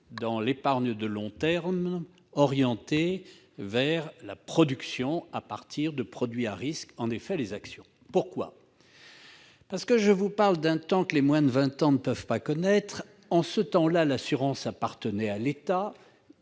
dans l'épargne de long terme orientée vers la production à partir de produits à risque, à savoir les actions. Je vous parle d'un temps que les moins de vingt ans ne peuvent pas connaître. En ce temps-là, l'assurance appartenait à l'État